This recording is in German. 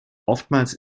oftmals